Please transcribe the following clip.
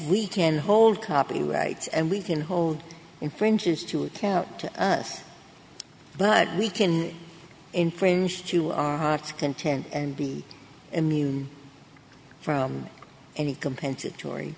we can hold copyright and we can hold infringes to it to us but we can infringe to our heart's content and be immune from any compensatory